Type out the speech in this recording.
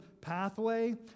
pathway